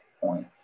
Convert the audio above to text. point